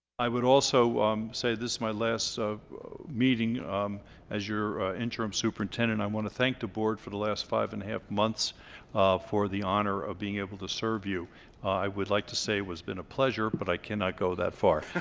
i would also um say this my last of meeting as your interim superintendent i want to thank the board for the last five and a half months um for the honor of being able to serve you i would like to say it has been a pleasure but i cannot go that far